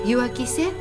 jų akyse